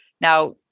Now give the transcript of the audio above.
Now